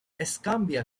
escambia